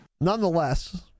Nonetheless